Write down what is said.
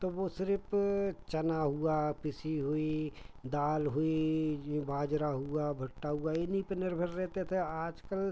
तो वे सिर्फ छाना हुआ पिसी हुई दाल हुई ये बाजरा हुआ भुट्टा हुआ इन्ही पर निर्भर रहते थे आज कल